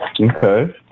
Okay